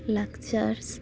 ᱞᱟᱠᱪᱟᱨ